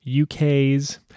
UK's